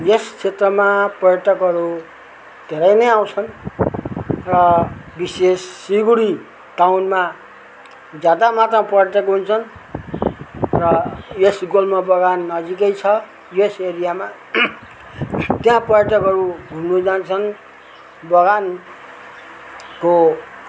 यस क्षेत्रमा पर्यटकहरू धेरै नै आउँछन् र विशेष सिलगढी टाउनमा ज्यादा मात्रामा पर्यटक हुन्छन् र यस गुल्मा बगान नजिकै छ यस एरियामा त्यहाँ पर्यटकहरू घुम्नु जान्छन् बगान